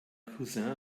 cousin